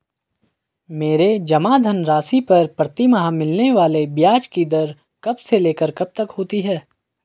मेरे जमा धन राशि पर प्रतिमाह मिलने वाले ब्याज की दर कब से लेकर कब तक होती है?